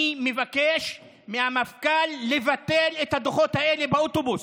אני מבקש מהמפכ"ל לבטל את הדוחות האלה באוטובוס,